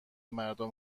مردم